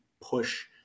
push